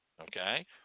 okay